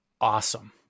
awesome